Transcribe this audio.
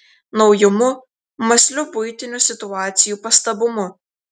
naujumu mąsliu buitinių situacijų pastabumu